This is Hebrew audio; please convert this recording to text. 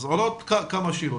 אז עולות כמה שאלות.